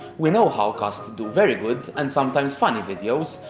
we know howcast do very good and sometimes funny videos,